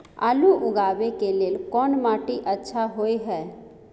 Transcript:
आलू उगाबै के लेल कोन माटी अच्छा होय है?